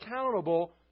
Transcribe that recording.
accountable